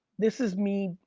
this is me,